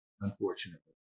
unfortunately